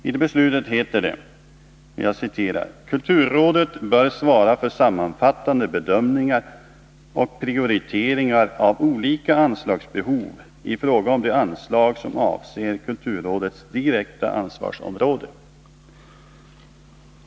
I det beslutet heter det: ”Kulturrådet bör svara för sammanfattande bedömningar och prioriteringar av olika anslagsbehov i fråga om de anslag som avser kulturrådets direkta ansvarsområde.